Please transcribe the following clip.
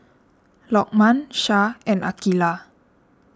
Lokman Shah and Aqilah